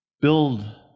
Build